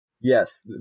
yes